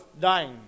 dying